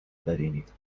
ببینید